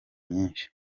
myinshi